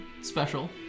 special